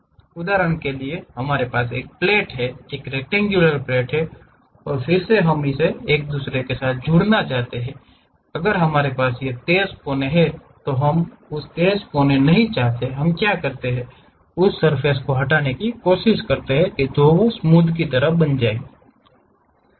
उदाहरण के लिए हमारे पास एक प्लेट है एक रेक्तेंग्युलर प्लेट और फिर से हम एक दूसरे से जुड़ना चाहते हैं हमारे पास यह तेज कोने हैं हम उस तेज कोनों को नहीं चाहते हैं हम क्या करते हैं हम उस सर्फ़ेस को हटाने की कोशिश करते हैं जो इसे स्मूध की तरह बनाता है